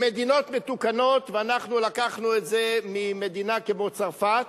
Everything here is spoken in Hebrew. במדינות מתוקנות, לקחנו את זה ממדינה כמו צרפת,